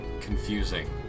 Confusing